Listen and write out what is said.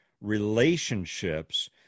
relationships